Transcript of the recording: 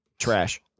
trash